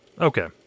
Okay